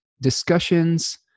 discussions